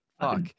Fuck